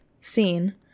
scene